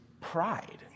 pride